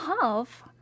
half